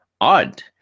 odd